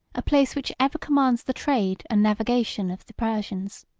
a place which ever commands the trade and navigation of the persians.